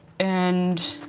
and